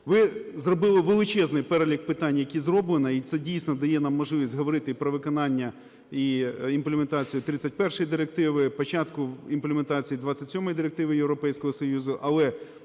Ви зробили величезний перелік питань, які зроблено, і це дійсно дає нам можливість говорити про виконання і імплементацію 31 Директиви, початку імплементації 27 директиви Європейського Союзу.